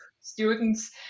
students